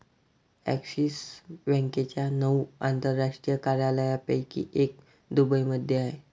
axis बँकेच्या नऊ आंतरराष्ट्रीय कार्यालयांपैकी एक दुबईमध्ये आहे